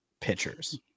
pitchers